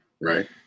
Right